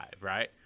right